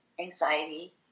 anxiety